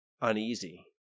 uneasy